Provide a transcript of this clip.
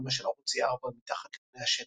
הדרמה של ערוץ E4 "מתחת לפני השטח".